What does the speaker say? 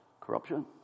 corruption